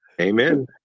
Amen